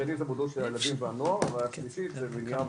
השני זה מודעות של הילדים והנוער והשלישית זה מניעה